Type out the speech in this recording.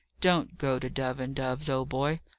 don't go to dove and dove's, old boy,